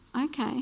okay